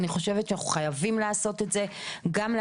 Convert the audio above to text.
אני חושבת שאנחנו חייבים לעשות את זה גם כדי